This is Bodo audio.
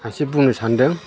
एसे बुंनो सानदों